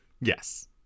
Yes